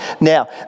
now